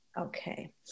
okay